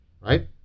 right